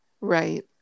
Right